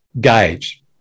gauge